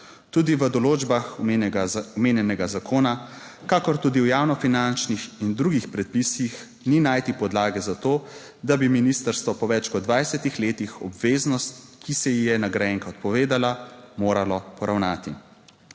Tudi v določbah, omenjenega zakona kakor tudi v javno finančnih in drugih predpisih ni najti podlage za to, da bi ministrstvo po več kot 20 letih obveznost, ki se ji je nagrajenka odpovedala moralo poravnati.